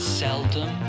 seldom